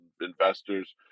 investors